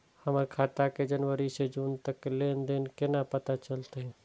हमर खाता के जनवरी से जून तक के लेन देन केना पता चलते?